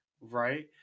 right